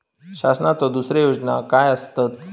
शासनाचो दुसरे योजना काय आसतत?